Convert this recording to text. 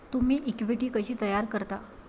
तुम्ही इक्विटी कशी तयार करता?